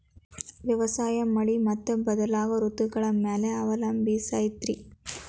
ವ್ಯವಸಾಯ ಮಳಿ ಮತ್ತು ಬದಲಾಗೋ ಋತುಗಳ ಮ್ಯಾಲೆ ಅವಲಂಬಿಸೈತ್ರಿ